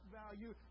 value